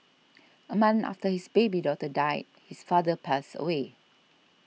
a month after his baby daughter died his father passed away